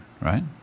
right